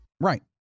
Right